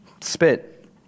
Spit